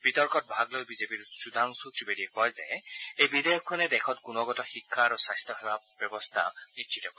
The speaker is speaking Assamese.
বিতৰ্কত ভাগ লৈ বিজেপি শুধাংশু ত্ৰিবেদীয়ে কয় যে এই বিধেয়কখনে দেশৰ গুণগত শিক্ষা আৰু স্বাস্থ্য সেৱা ব্যৰস্থা নিশ্চিত কৰিব